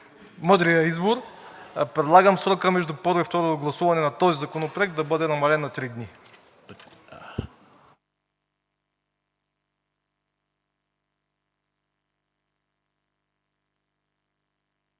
мъдрия избор. Предлагам срокът между първо и второ гласуване на този законопроект да бъде намален на три дни.